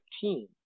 team